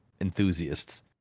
enthusiasts